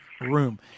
room